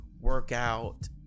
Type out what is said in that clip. workout